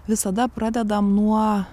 visada pradedam nuo